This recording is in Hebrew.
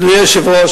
אדוני היושב-ראש,